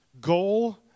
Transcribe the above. goal